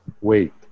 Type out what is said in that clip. wait